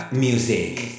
music